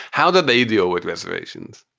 how do they deal with reservations?